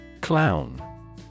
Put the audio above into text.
Clown